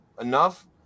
enough